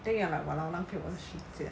thing and I'm like !walao! 浪费我的时间